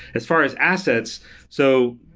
as far as assets so,